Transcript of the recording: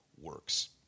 works